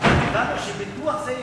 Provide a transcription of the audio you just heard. אבל הבנו שפיתוח זה ייהוד.